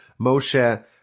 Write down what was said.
Moshe